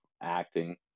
acting